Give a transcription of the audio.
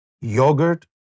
Yogurt